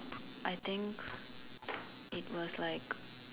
I think it was like